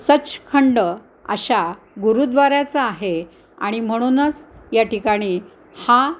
सचखंड अशा गुरुद्वाऱ्याचा आहे आणि म्हणूनच या ठिकाणी हा